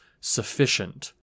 sufficient